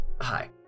Hi